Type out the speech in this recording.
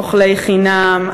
אוכלי חינם,